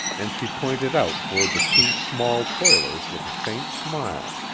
and she pointed out toward the two small toilers with a faint smile.